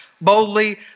boldly